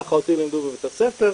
כך אותי לימדו בבית הספר,